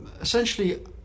essentially